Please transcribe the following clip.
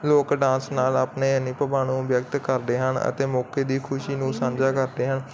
ਲੋਕ ਡਾਂਸ ਨਾਲ ਆਪਣੇ ਅਨੁਭਵਾਂ ਨੂੰ ਵਿਅਕਤ ਕਰਦੇ ਹਨ ਅਤੇ ਮੌਕੇ ਦੀ ਖੁਸ਼ੀ ਨੂੰ ਸਾਂਝਾ ਕਰਦੇ ਹਨ